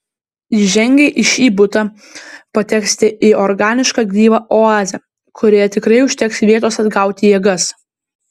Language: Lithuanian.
įžengę į šį butą pateksite į organišką gyvą oazę kurioje tikrai užteks vietos atgauti jėgas